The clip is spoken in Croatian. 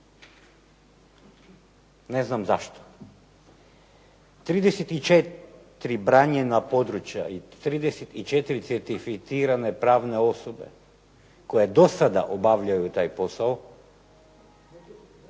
Ne znam zašto? 34 branjena područja i 34 certificirane pravne osobe koje do sada obavljaju taj posao,